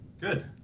Good